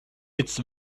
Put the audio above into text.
its